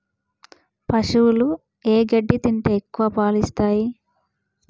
పశువులు ఏ గడ్డి తింటే ఎక్కువ పాలు ఇస్తాయి?